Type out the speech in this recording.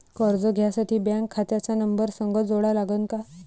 कर्ज घ्यासाठी बँक खात्याचा नंबर संग जोडा लागन का?